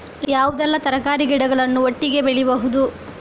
ಯಾವುದೆಲ್ಲ ತರಕಾರಿ ಗಿಡಗಳನ್ನು ಒಟ್ಟಿಗೆ ಬೆಳಿಬಹುದು?